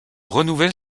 renouvelle